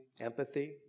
empathy